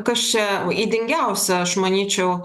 kas čia ydingiausia aš manyčiau